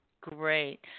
Great